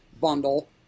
bundle